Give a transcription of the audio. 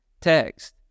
text